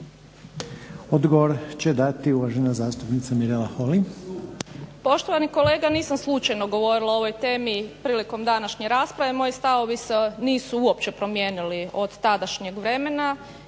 Odgovor će dati uvažena zastupnica Mirela Holy. **Holy, Mirela (SDP)** Poštovani kolega nisam slučajno govorila o ovoj temi prilikom današnje rasprave. Moji stavovi se nisu uopće promijenili od tadašnjeg vremena